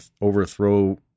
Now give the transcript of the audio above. overthrow